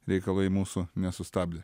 reikalai mūsų nesustabdė